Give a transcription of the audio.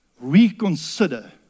Reconsider